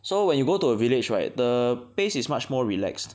so when you go to a village right the pace is much more relaxed